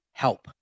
help